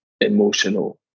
emotional